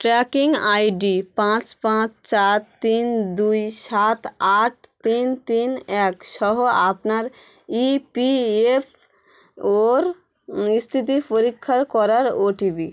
tracking ID পাঁচ পাঁচ চার তিন দুই সাত আট তিন তিন এক সহ আপনার ইপিএফ ওর স্থিতি পরীক্ষা করার ওটিপি